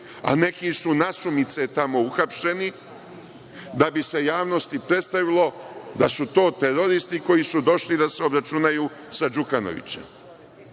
a neki su nasumice tamo uhapšeni da bi se javnosti predstavilo da su to teroristi koji su došli da se obračunaju sa Đukanovićem. Stvar